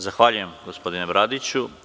Zahvaljujem, gospodine Bradiću.